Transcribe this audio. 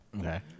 Okay